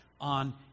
on